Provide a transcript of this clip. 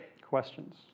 Questions